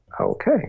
Okay